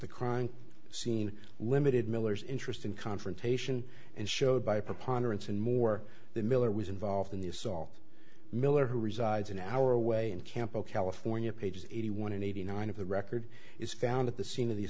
the crime scene limited miller's interest in confrontation and showed by preponderance and more the miller was involved in the assault miller who resides an hour away in campo california pages eighty one and eighty nine of the record is found at the scene of the